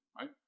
right